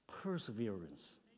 perseverance